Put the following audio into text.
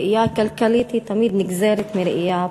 הראייה הכלכלית תמיד נגזרת מהראייה הפוליטית.